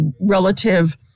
relative